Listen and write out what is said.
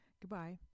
Goodbye